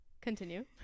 Continue